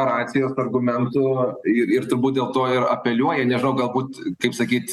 racijos argumentų ir ir turbūt dėl to ir apeliuoja nežinau galbūt kaip sakyt